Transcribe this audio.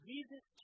Jesus